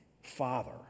father